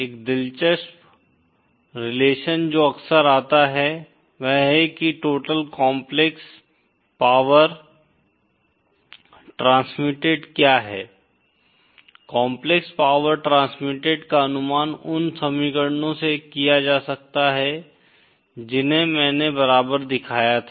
एक दिलचस्प रिलेशन जो अक्सर आता है वह है की टोटल काम्प्लेक्स पावर ट्रांसमिटेड क्या है काम्प्लेक्स पावर ट्रांसमिटेड का अनुमान उन समीकरणों से किया जा सकता है जिन्हें मैंने बराबर दिखाया था